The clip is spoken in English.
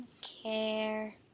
care